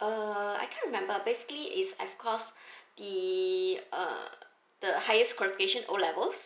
uh I can't remember basically is of course the uh the highest qualification O levels